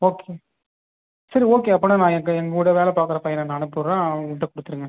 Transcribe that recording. okay சரி okay அப்படின்னா நான் எங்கே என்னோடய வேலை பார்க்குற பையனை நான் அனுப்புட்ரே அவன்ட்ட கொடுத்ருங்க